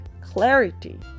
clarity